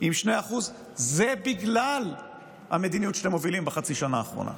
עם 2%. זה בגלל המדיניות שאתם מובילים בחצי השנה האחרונה.